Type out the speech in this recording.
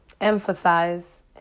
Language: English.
emphasize